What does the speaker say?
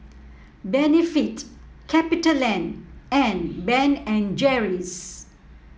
Benefit Capitaland and Ben and Jerry's